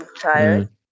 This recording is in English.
tired